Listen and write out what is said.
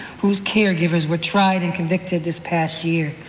whose caregivers were tried and convicted this past year.